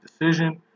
Decision